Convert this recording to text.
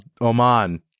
Oman